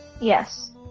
Yes